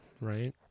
Right